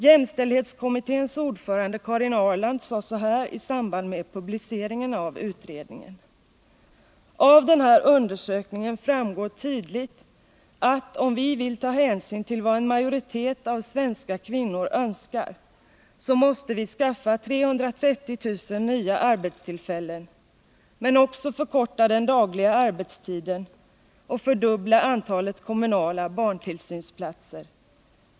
Jämställdhetskommitténs ordförande Karin Ahrland sade så här i samband med publiceringen av utredningen: ”Av den här undersökningen framgår tydligt att om vi vill ta hänsyn till vad en majoritet av svenska kvinnor önskar, så måste vi skaffa 330 000 nya arbetstillfällen, men också förkorta den dagliga arbetstiden och fördubbla antalet kommunala barntillsynsplatser.